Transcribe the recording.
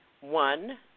One